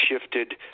shifted